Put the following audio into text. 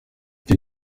icyo